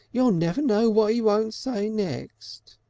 you never know what he won't say next!